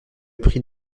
prix